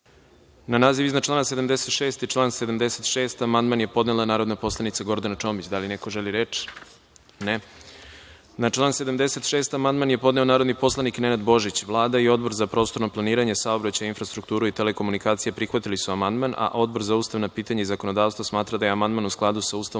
naziv iznad člana 76. i član 76. amandman je podnela narodna poslanica Gordana Čomić. Da li neko želi reč? (Ne)Na član 76. amandman je podneo narodni poslanik Nenad Božić. Vlada i Odbor za prostorno planiranje, saobraćaj, infrastrukturu i telekomunikacije prihvatili su amandman. Odbor za ustavna pitanja i zakonodavstvo smatraju da je amandman u skladu sa Ustavom